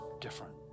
different